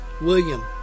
William